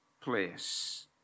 place